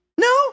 No